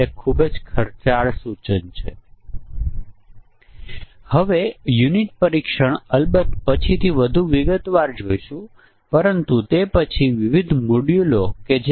આ ઉદાહરણ જુઓ કે જ્યારે તમે પ્રિંટર પ્રકાર અને અન્ય પસંદ કરેલા વિકલ્પને ધ્યાનમાં લીધા વિના ડુપ્લેક્સ વિકલ્પ પસંદ કરો છો